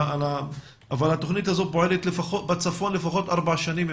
אבל התוכנית הזאת פועלת בצפון לפחות ארבע שנים,